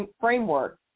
framework